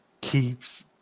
keeps